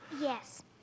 Yes